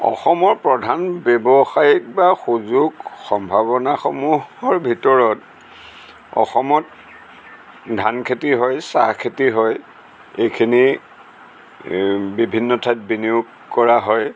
অসমৰ প্ৰধান ব্যৱসায়িক বা সুযোগ সম্ভাৱনাসমূহৰ ভিতৰত অসমত ধান খেতি হয় চাহ খেতি হয় এইখিনি বিভিন্ন ঠাইত বিনিয়োগ কৰা হয়